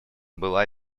была